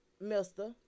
mister